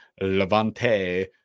levante